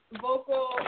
Vocal